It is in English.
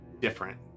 different